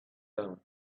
down